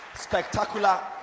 spectacular